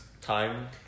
time